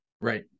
right